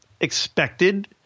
expected